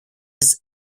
his